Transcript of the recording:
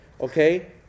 okay